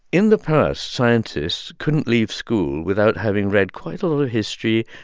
in the past, scientists couldn't leave school without having read quite a lot of history,